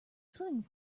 swimming